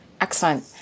Excellent